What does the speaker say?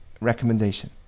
recommendation